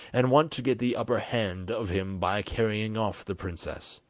and want to get the upper hand of him by carrying off the princess,